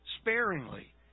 sparingly